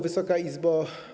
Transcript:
Wysoka Izbo!